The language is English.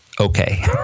Okay